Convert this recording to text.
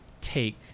take